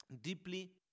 deeply